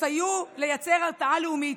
סייעו לייצר הרתעה לאומית.